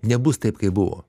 nebus taip kaip buvo